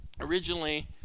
Originally